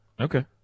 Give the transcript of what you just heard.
okay